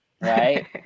right